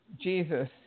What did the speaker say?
Jesus